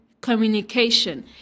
communication